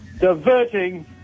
diverting